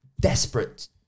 desperate